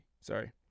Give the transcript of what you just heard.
Sorry